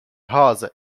rosa